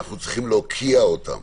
אנו צריכים להוקיע אותן.